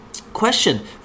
Question